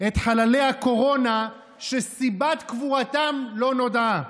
את חללי הקורונה שסיבת קבורתם לא נודעה.